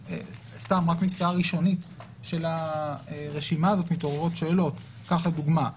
מקריאה ראשונית של הרשימה הזאת מתעוררות שאלות למשל,